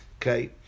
Okay